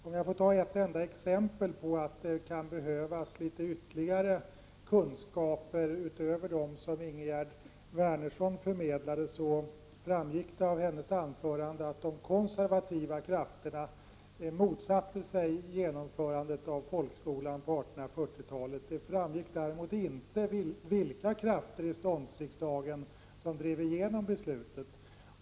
Låt mig ta ett enda exempel på att det kan behövas kunskap utöver den som Ingegerd Wärnersson förmedlade. Det framgick av hennes anförande att de konservativa krafterna på 1840-talet motsatte sig genomförandet av folkskolan. Däremot framgick det inte vilka krafter i ståndsriksdagen som drev igenom beslutet.